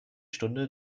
stunde